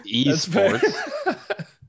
esports